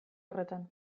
horretan